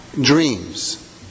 dreams